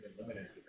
limited